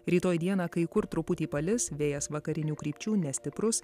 rytoj dieną kai kur truputį palis vėjas vakarinių krypčių nestiprus